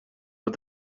but